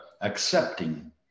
accepting